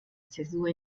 zäsur